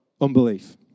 unbelief